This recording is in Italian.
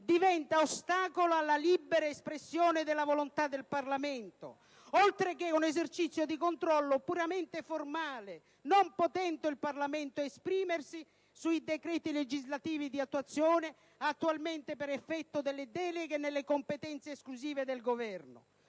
diventa un ostacolo alla libera espressione della volontà del Parlamento, oltre che un esercizio di controllo puramente formale, non potendo il Parlamento esprimersi sui decreti legislativi di attuazione, attualmente - per effetto delle deleghe - nelle competenze esclusive del Governo.